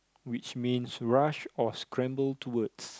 which means rush or scramble towards